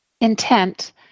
intent